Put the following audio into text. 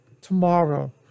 tomorrow